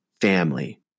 family